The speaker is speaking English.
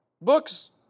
books